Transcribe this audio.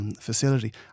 facility